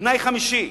תנאי חמישי,